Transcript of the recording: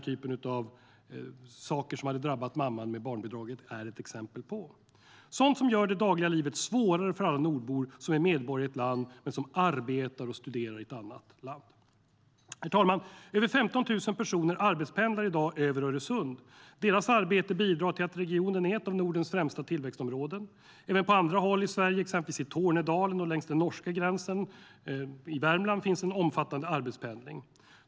Sådant som har drabbat mamman med barnbidraget är ett exempel. Det handlar om sådant som gör det dagliga livet svårare för alla nordbor som är medborgare i ett land men som arbetar eller studerar i ett annat land. Herr talman! Över 15 000 personer arbetspendlar i dag över Öresund. Deras arbete bidrar till att regionen är ett av Nordens främsta tillväxtområden. Även på andra håll i Sverige, exempelvis i Tornedalen och längs den norska gränsen i Värmland, finns en omfattande arbetspendling.